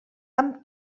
amb